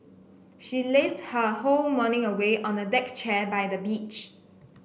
she lazed her whole morning away on a deck chair by the beach